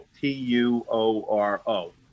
T-U-O-R-O